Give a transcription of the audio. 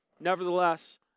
Nevertheless